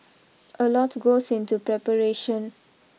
a lot goes into preparation